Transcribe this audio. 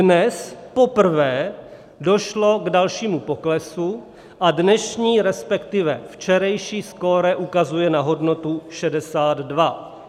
Dnes poprvé došlo k dalšímu poklesu a dnešní resp. včerejší skóre ukazuje na hodnotu 62.